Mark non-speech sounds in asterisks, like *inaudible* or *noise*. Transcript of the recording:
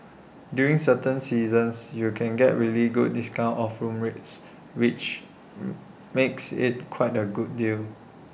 during certain seasons you can get really good discounts off room rates which *hesitation* makes IT quite A good deal